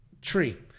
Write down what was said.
Tree